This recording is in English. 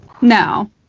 No